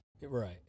Right